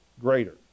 greater